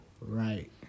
Right